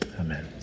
Amen